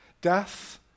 death